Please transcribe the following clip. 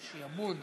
שרי הממשלה,